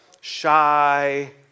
shy